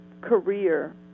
career